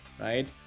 right